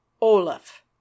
olaf